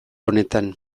honetan